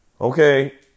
Okay